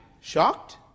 Shocked